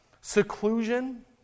Seclusion